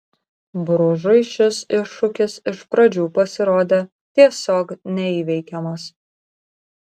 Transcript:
bružui šis iššūkis iš pradžių pasirodė tiesiog neįveikiamas